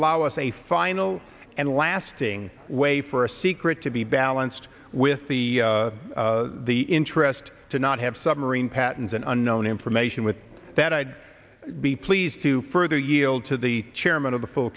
allow us a final and lasting way for a secret to be balanced with the the interest to not have submarine patents and unknown information with that i'd be pleased to further yield to the chairman of the full